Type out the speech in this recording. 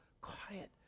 quiet